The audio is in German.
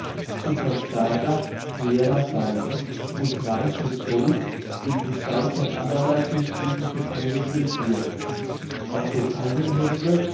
sind von starker schwerer seide und reich mit gold in gestalt von allerlei künstlichen figuren durchwirkt auf dem einen hemde